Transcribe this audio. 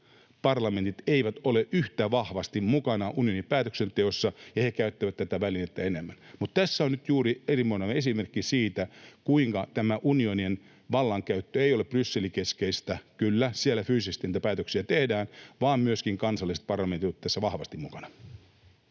parlamentit eivät ole yhtä vahvasti mukana unionin päätöksenteossa, ja he käyttävät tätä välinettä enemmän. Mutta tässä on nyt juuri erinomainen esimerkki siitä, kuinka tämä unionin vallankäyttö ei ole Bryssel-keskeistä — kyllä, siellä fyysisesti niitä päätöksiä tehdään — vaan myöskin kansalliset parlamentit ovat tässä vahvasti mukana.